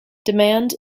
demand